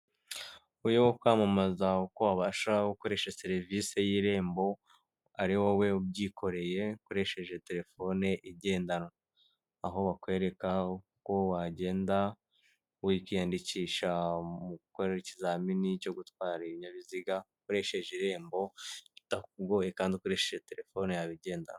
Barimo kwamamaza uko wabasha gukoresha serivisi y'irembo ari wowe ubyikoreye ukoresheje telefone igendanwa aho bakwereka uko wagenda wiyandikisha mu gukora ikizamini cyo gutwara ibinyabiziga ukoresheje irembo bitakugoye kandi ukoresheje telefone yawe igendanwa .